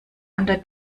unter